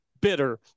Bitter